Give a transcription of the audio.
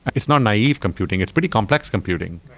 it's not naive computing. it's pretty complex computing.